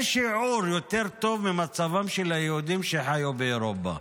שיעור יותר טוב ממצבם של היהודים שחיו באירופה.